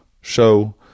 show